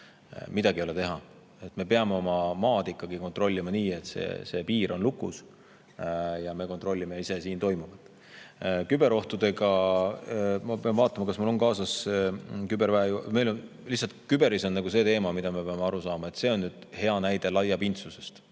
Midagi ei ole teha, me peame oma maad ikkagi kontrollima nii, et piir on lukus ja me kontrollime ise siin toimuvat. Küberohtudega – ma pean vaatama, kas mul on see kaasas … Lihtsalt, küberi puhul on see teema, et me peame aru saama – see on nüüd hea näide laiapindsusest